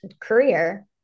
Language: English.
career